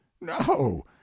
No